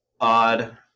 odd